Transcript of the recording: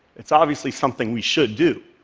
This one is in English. it's obviously something we should do.